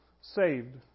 saved